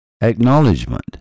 acknowledgement